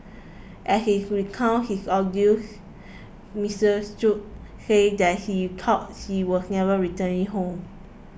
as he's recounted his ordeals Mister Shoo said that he thought he was never returning home